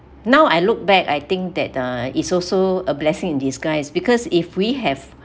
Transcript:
now I look back I think that uh is also a blessing in disguise because if we have